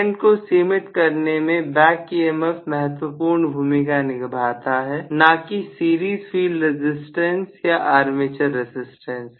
current को सीमित करने में बैक ईएमएफ महत्वपूर्ण भूमिका निभाता है ना कि सीरीज फील्ड रजिस्टेंस या आर्मेचर रजिस्टेंस